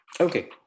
Okay